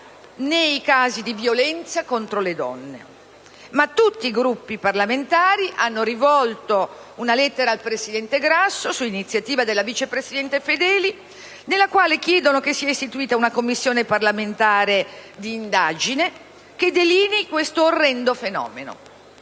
nei casi di violenza contro le donne. Ma tutti i Gruppi parlamentari hanno rivolto una lettera al presidente Grasso, su iniziativa della vice presidente Fedeli, nella quale chiedono che sia istituita una Commissione parlamentare d'inchiesta che delinei questo orrendo fenomeno.